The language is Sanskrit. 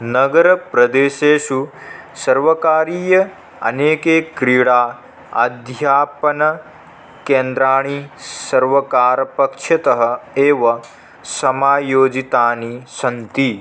नगरप्रदेशेषु सर्वकारीयाः अनेके क्रीडाः अध्यापनकेन्द्राणि सर्वकारपक्षतः एव समायोजितानि सन्ति